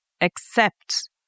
accept